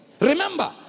Remember